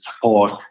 support